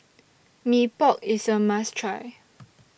Mee Pok IS A must Try